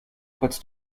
puts